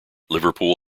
liverpool